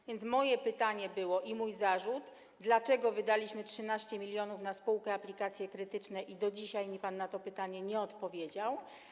A więc było moje pytanie - i mój zarzut - dlaczego wydaliśmy 13 mln na spółkę Aplikacje Krytyczne, i do dzisiaj mi pan na to pytanie nie odpowiedział.